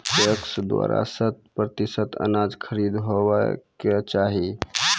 PACS द्वारा शत प्रतिसत अनाज खरीद हेवाक चाही?